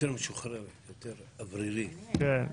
יותר משוחררת, יותר אוורירית.